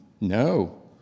No